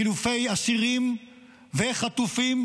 לחילופי אסירים וחטופים,